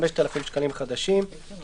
5,000 שקלים חדשים." תיקון